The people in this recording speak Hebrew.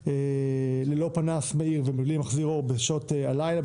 ללא פנס מאיר ובלי מחזיר אור בשעות הלילה,